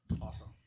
Awesome